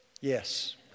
Yes